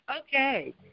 Okay